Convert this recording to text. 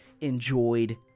enjoyed